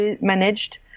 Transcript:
managed